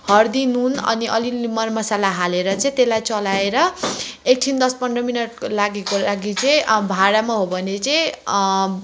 हर्दी नुन अनि अलिअलि मर मसला हालेर चाहिँ त्यसलाई चलाएर एकछिन दस पन्ध्र मिनटको लागिको लागि चाहिँ भाँडामा हो भने चाहिँ